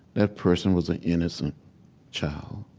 that person was an innocent child,